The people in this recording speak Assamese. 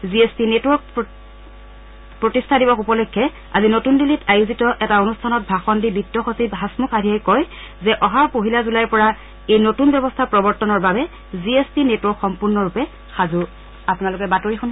জি এছ টি নেটৱৰ্কৰ প্ৰতিষ্ঠা দিবস উপলক্ষে আজি নতুন দিল্লীত আয়োজিত এটা অনুষ্ঠানত ভাষণ দি বিত্ত সচিব হাসমূখ আধিয়াই কয় যে অহা পহিলা জুলাইৰ পৰা এই নতুন ব্যৱস্থা প্ৰবৰ্তনৰ বাবে জি এছ টি নেটৱৰ্ক সম্পূৰ্ণৰূপে সাজু